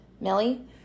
Millie